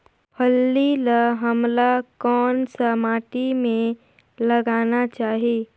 फल्ली ल हमला कौन सा माटी मे लगाना चाही?